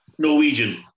Norwegian